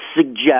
suggest